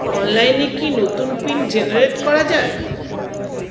অনলাইনে কি নতুন পিন জেনারেট করা যায়?